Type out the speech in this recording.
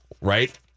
right